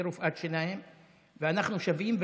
היא רופאת שיניים, ואנחנו שווים.